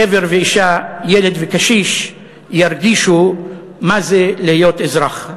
גבר ואישה, ילד וקשיש, ירגישו מה זה להיות אזרח.